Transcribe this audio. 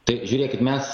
tai žiūrėkit mes